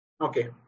Okay